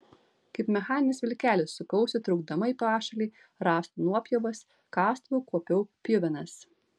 kaip mechaninis vilkelis sukausi traukdama į pašalį rąstų nuopjovas kastuvu kuopiau pjuvenas